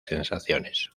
sensaciones